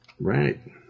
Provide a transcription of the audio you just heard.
right